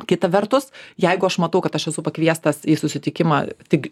kita vertus jeigu aš matau kad aš esu pakviestas į susitikimą tik